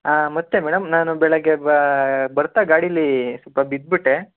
ಮತ್ತೆ ಮೇಡಮ್ ನಾನು ಬೆಳಗ್ಗೆ ಬ ಬರ್ತಾ ಗಾಡಿಯಲ್ಲಿ ಸ್ವಲ್ಪ ಬಿದ್ಬಿಟ್ಟೆ